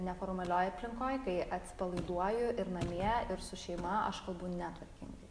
ir neformalioj aplinkoj kai atsipalaiduoju ir namie ir su šeima aš kalbu netvarkingai